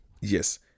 Yes